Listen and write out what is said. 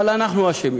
אבל אנחנו אשמים,